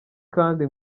kandi